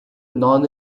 non